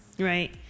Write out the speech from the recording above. right